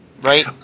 Right